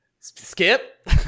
Skip